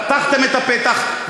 פתחתם את הפתח,